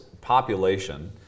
population